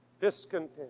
Discontent